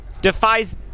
defies